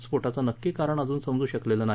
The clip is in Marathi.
स्फोटाचं नक्की करण अजून समजू शकलेलं नाही